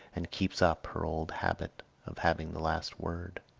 and keeps up her old habit of having the last word.